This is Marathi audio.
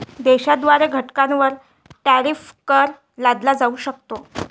देशाद्वारे घटकांवर टॅरिफ कर लादला जाऊ शकतो